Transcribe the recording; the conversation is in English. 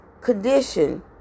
condition